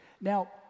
Now